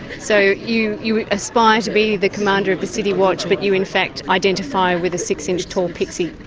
so you you aspire to be the commander of the city watch but you in fact identify with a six-inch tall pixie?